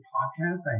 Podcast